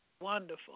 Wonderful